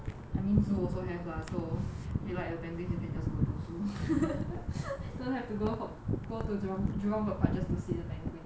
I mean zoo also have lah so if like the penguins can just go to zoo still don't have to go home go to jurong jurong bird park just to see the penguins